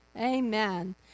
Amen